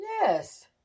Yes